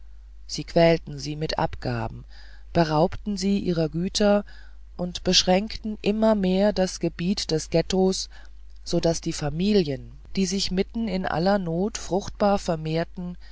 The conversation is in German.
sie quälten sie mit abgaben beraubten sie ihrer güter und beschränkten immer mehr das gebiet des ghetto so daß die familien die sich mitten in aller not fruchtbar vermehrten